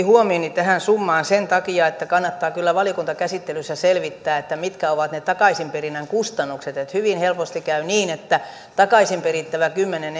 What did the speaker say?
huomioni tähän summaan sen takia että kannattaa kyllä valiokuntakäsittelyssä selvittää mitkä ovat ne takaisinperinnän kustannukset hyvin helposti käy niin että takaisin perittävä kymmenen